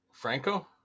Franco